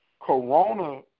corona